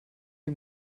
ihm